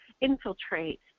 infiltrate